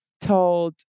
told